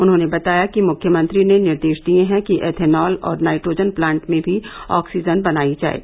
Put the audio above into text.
उन्होंने बताया कि मुख्यमंत्री ने निर्देश दिये हैं कि एथनॉल और नाइट्रोजन प्लांट में भी आक्सीजन बनाई जाये